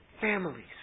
families